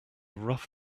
rough